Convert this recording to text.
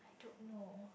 I don't know